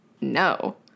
No